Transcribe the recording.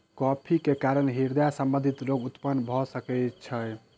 coffee के कारण हृदय संबंधी रोग उत्पन्न भअ सकै छै